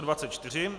24.